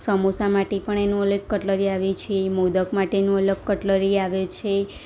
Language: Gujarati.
સમોસા માટે પણ એનું અલગ કટલરી આવે છે મોદક માટેનું અલગ કટલરી આવે છે